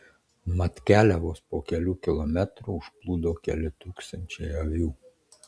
mat kelią vos po kelių kilometrų užplūdo keli tūkstančiai avių